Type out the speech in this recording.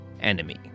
enemy